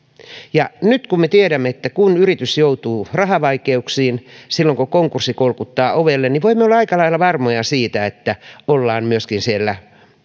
nyt kun me tiedämme että kun yritys joutuu rahavaikeuksiin silloin kun konkurssi kolkuttaa ovelle niin voimme olla aika lailla varmoja siitä että ollaan myöskin siellä